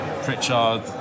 Pritchard